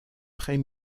très